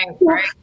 right